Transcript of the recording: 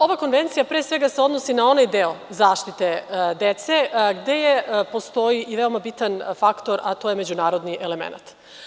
Ova Konvencija pre svega se odnosi na onaj deo zaštite dece gde postoji i veoma bitan faktor, a to je međunarodni element.